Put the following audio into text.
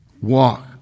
Walk